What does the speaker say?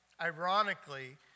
Ironically